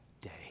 day